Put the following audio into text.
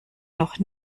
noch